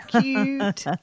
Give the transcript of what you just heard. cute